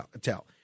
tell